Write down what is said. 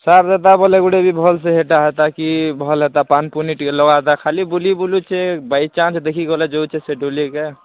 sir ଟ ବୋଲେ ଗୋଟେ କି ଭଲ୍ ହେଟା ହେତା କି ଭଲ୍ ହେତା ପାନ୍ ପୁନି ଟିକେ ଲଗାନ୍ତା ଖାଲି ବୁଲି ବୁଲିଛେ ବାଇଚାନ୍ସ ଦେଖି ଗଲେ ଯେଉଁ ସେଇ ଡୋଲି କେ